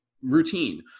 routine